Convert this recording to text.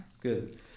Good